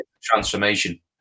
transformation